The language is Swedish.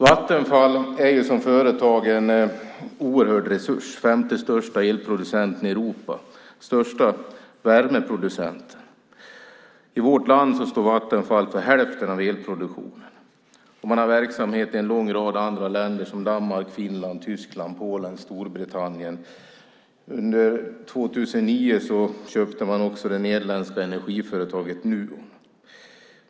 Vattenfall är som företag en oerhörd resurs. Det är den femte största elproducenten i Europa och den största värmeproducenten. I vårt land står Vattenfall för hälften av elproduktionen, och man har verksamhet i en lång rad andra länder som Danmark, Finland, Tyskland, Polen och Storbritannien. Under 2009 köpte man också det nederländska energiföretagen Nuon.